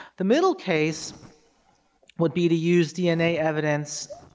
the middle case would be to use dna evidence,